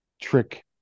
trick